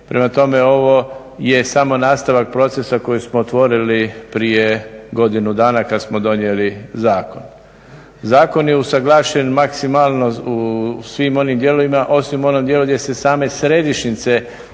Prema tome, ovo je samo nastavak procesa koji smo otvorili prije godinu dana kada smo donijeli zakon. Zakon je usuglašen maksimalno u svim onim dijelovima osim u onom dijelu gdje se same središnjice